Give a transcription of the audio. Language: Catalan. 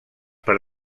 per